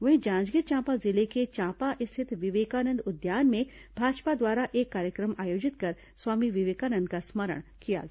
वहीं जांजगीर चांपा जिले के चांपा स्थित विवेकानंद उद्यान में भाजपा द्वारा एक कार्यक्रम आयोजित कर स्वामी विवेकानंद का स्मरण किया गया